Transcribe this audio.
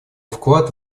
вклад